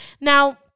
Now